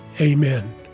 Amen